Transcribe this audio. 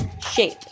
shape